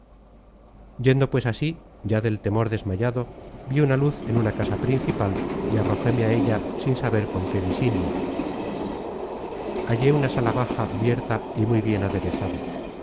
yendo pues así ya del temor desmayado vi una luz en una casa principal y arrojeme á ella sin saber con qué disinio hallé una sala baja abierta y muy bien aderezada